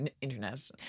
internet